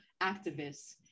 activists